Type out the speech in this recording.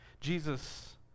Jesus